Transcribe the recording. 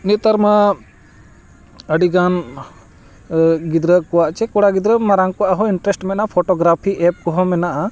ᱱᱮᱛᱟᱨ ᱢᱟ ᱟᱹᱰᱤ ᱜᱟᱱ ᱜᱤᱫᱽᱨᱟᱹ ᱠᱚᱣᱟᱜ ᱪᱮ ᱠᱚᱲᱟ ᱜᱤᱫᱽᱨᱟᱹ ᱢᱟᱨᱟᱝ ᱠᱚᱣᱟᱜ ᱦᱚᱸ ᱤᱱᱴᱟᱨᱮᱥᱴ ᱢᱮᱱᱟᱜᱼᱟ ᱯᱷᱳᱴᱳᱜᱨᱟᱯᱷᱤ ᱮᱯ ᱠᱚᱦᱚᱸ ᱢᱮᱱᱟᱜᱼᱟ